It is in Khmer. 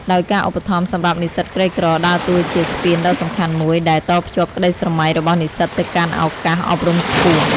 ដោយការឧបត្ថម្ភសម្រាប់និស្សិតក្រីក្រ ដើរតួជា ស្ពានដ៏សំខាន់មួយ ដែល តភ្ជាប់ក្ដីស្រមៃ របស់និស្សិតទៅកាន់ ឱកាសអប់រំខ្ពស់។